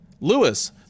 Lewis